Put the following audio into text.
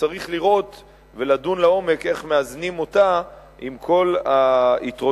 וצריך לראות ולדון לעומק איך מאזנים אותה עם כל היתרונות